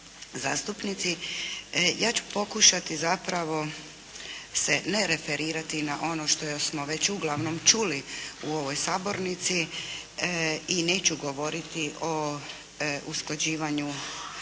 zastupnici. Ja ću pokušati zapravo se ne referirati na ono što smo već uglavnom čuli u ovoj sabornici i neću govoriti o usklađivanju